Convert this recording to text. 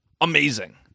amazing